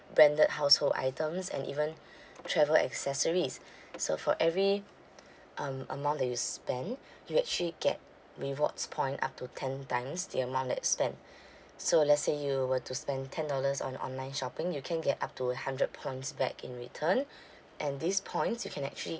branded household items and even travel accessories so for every um amount that you spend you actually get rewards point up to ten times the amount that you spend so let's say you were to spend ten dollars on online shopping you can get up to hundred points back in return and these points you can actually